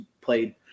played –